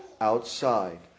outside